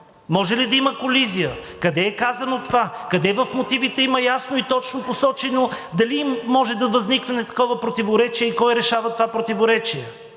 Може ли да има колизия? Къде е казано това – къде в мотивите има ясно и точно посочено, дали може да възникне такова противоречие и кой решава това противоречие?